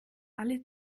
alle